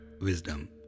wisdom